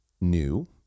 new